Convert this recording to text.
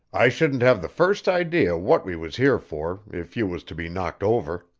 i shouldn't have the first idea what we was here for if you was to be knocked over.